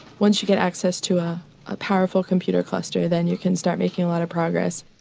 once you get access to ah a powerful computer cluster, then you can start making a lot of progress.